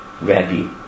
ready